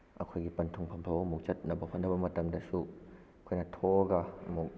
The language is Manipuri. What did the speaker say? ꯑꯩꯈꯣꯏꯒꯤ ꯄꯟꯊꯨꯡꯐꯝ ꯐꯥꯎꯕ ꯑꯃꯨꯛ ꯆꯠꯅꯕ ꯍꯣꯠꯅꯕ ꯃꯇꯝꯗꯁꯨ ꯑꯩꯈꯣꯏꯅ ꯊꯣꯛꯑꯒ ꯑꯃꯨꯛ